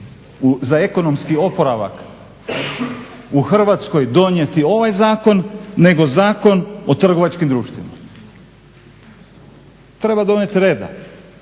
za ekonomski oporavak u Hrvatskoj donijeti ovaj zakon nego Zakon o trgovačkim društvima. Treba donijet reda.